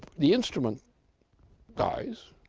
the instrument dies,